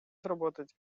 сработать